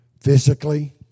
Physically